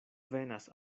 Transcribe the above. venas